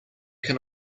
can